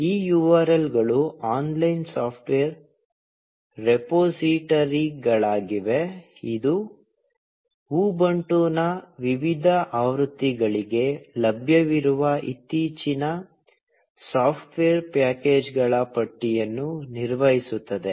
ಈ URL ಗಳು online software ರೆಪೊಸಿಟರಿಗಳಾಗಿವೆ ಇದು ಉಬುಂಟುನ ವಿವಿಧ ಆವೃತ್ತಿಗಳಿಗೆ ಲಭ್ಯವಿರುವ ಇತ್ತೀಚಿನ ಸಾಫ್ಟ್ವೇರ್ ಪ್ಯಾಕೇಜ್ಗಳ ಪಟ್ಟಿಯನ್ನು ನಿರ್ವಹಿಸುತ್ತದೆ